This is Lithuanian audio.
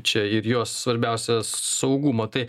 čia ir jos svarbiausia saugumą tai